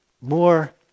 more